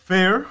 Fair